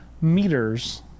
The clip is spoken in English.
meters